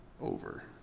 Over